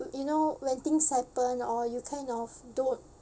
you know when things happen or you kind of don't